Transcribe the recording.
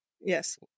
Yes